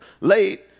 late